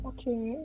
Okay